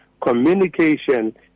Communication